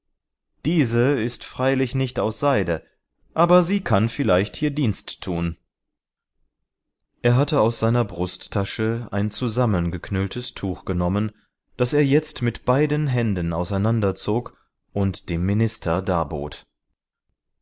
diese ist freilich nicht aus seide aber sie kann vielleicht hier dienst tun er hatte aus seiner brusttasche ein zusammengeknülltes tuch genommen das er jetzt mit beiden hängen auseinanderzog und dem minister